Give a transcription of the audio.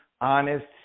honest